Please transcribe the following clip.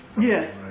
Yes